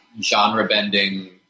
genre-bending